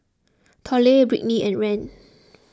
Tollie Brittnie and Rand